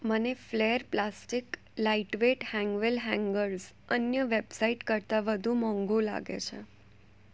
મને flair plastic lightweight હેંગવેલ hangers અન્ય વેબસાઈટ કરતાં વધુ મોંઘુ લાગે છે